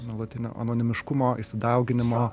nuolatinio anonimiškumo dauginimo